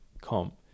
comp